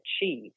achieve